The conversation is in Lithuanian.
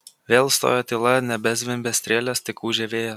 vėl stojo tyla nebezvimbė strėlės tik ūžė vėjas